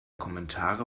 kommentare